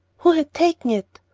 who had taken it?